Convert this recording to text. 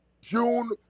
June